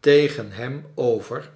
tegen hem over